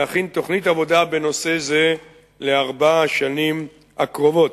להכין תוכנית עבודה בנושא זה לארבע השנים הקרובות.